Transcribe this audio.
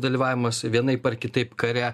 dalyvavimas vienaip ar kitaip kare